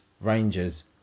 Rangers